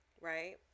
right